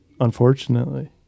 unfortunately